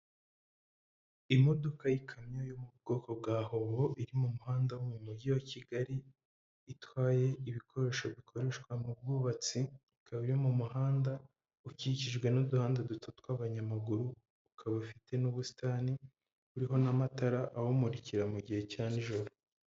Imodoka y'ikamyo yo mu bwoko bwa hoho iri mu muhanda wo mu mujyi wa Kigali, itwaye ibikoresho bikoreshwa mu bwubatsi, ikaba iri mu muhanda ukikijwe n'uduhanda duto tw'abanyamaguru ukaba ufite n'ubusitani buriho n'amatara awumurikira mu gihe cya nijoro.